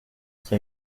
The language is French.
qui